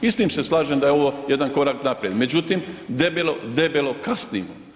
I s tim se slažem da je ovo jedan korak naprijed, međutim debelo, debelo kasnimo.